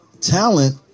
talent